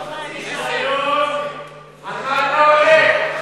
היום על מה אתה עולה?